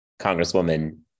Congresswoman